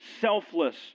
selfless